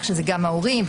שזה גם ההורים,